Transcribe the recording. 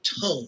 tone